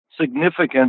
significant